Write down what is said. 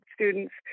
students